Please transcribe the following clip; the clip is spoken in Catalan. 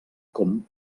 com